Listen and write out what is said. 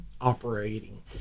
operating